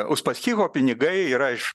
uspaskicho pinigai yra iš